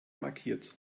markiert